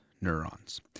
neurons